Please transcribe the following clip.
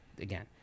again